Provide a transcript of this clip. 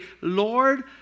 Lord